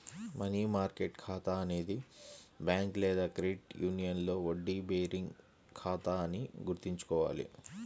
money market ఖాతా అనేది bank లేదా క్రెడిట్ యూనియన్లో వడ్డీ బేరింగ్ ఖాతా అని గుర్తుంచుకోవాలి